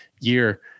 year